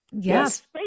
Yes